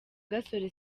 gasore